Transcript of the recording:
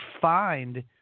find